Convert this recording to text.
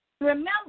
Remember